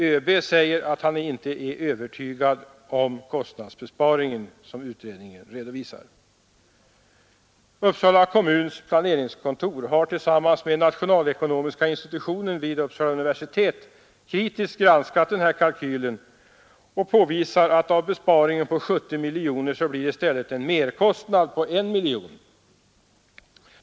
ÖB är inte övertygad om den kostnadsbesparing som utredningen redovisar. Uppsala kommuns planeringskontor har tillsammans med nationalekonomiska institutet vid Uppsala universitet kritiskt granskat denna kalkyl och påvisar att besparingen på 70 miljoner kronor i stället blir en merkostnad på 1 miljon kronor.